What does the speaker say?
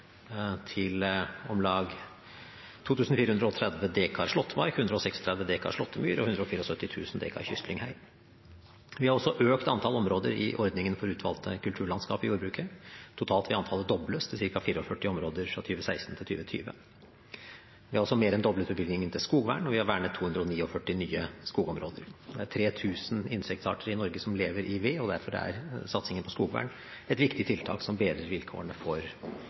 til om lag 2 430 dekar slåttemark, 136 dekar slåttemyr og 174 000 dekar kystlynghei. Vi har også økt antall områder i ordningen Utvalgte kulturlandskap i jordbruket. Totalt vil antallet dobles til ca. 44 områder fra 2016 til 2020. Vi har også mer enn doblet bevilgningen til skogvern, og vi har vernet 249 nye skogområder. Det er 3 000 insektarter i Norge som lever i ved. Derfor er satsingen på skogvern et viktig tiltak som bedrer vilkårene for